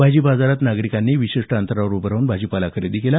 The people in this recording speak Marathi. भाजी बाजारात नागरिकांनी विशिष्ट अंतरावर उभं राहूनच भाजीपाला खरेदी केला